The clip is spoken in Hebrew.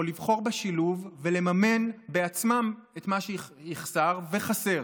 או לבחור בשילוב ולממן בעצמם את מה שיחסר וחסר.